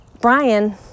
Brian